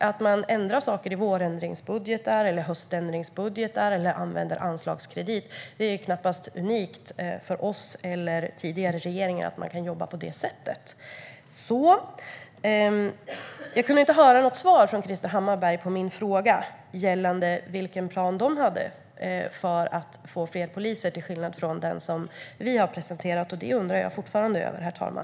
Att man ändrar saker i vår eller höständringsbudgetar eller använder anslagskredit är knappast unikt för oss; även tidigare regeringar har jobbat på det sättet. Jag kunde inte höra något svar från Krister Hammarbergh på min fråga gällande vilken plan Moderaterna har för att få fler poliser, till skillnad från den som vi har presenterat. Det undrar jag fortfarande över, herr talman.